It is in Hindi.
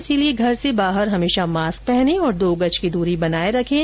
इसीलिए घर से बाहर हमेशा मास्क पहने और दो गज की दूरी बनाए रखें